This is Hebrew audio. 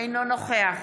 אינו נוכח